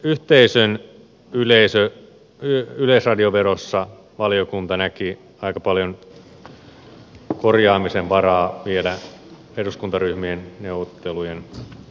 sen sijaan yhteisön yleisradioverossa valiokunta näki aika paljon korjaamisen varaa vielä eduskuntaryhmien neuvottelujen tulokseen verrattuna